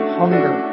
hunger